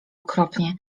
okropnie